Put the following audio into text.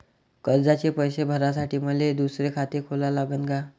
कर्जाचे पैसे भरासाठी मले दुसरे खाते खोला लागन का?